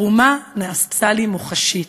התרומה נעשתה לי מוחשית.